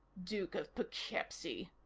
duke of poughkeepsie!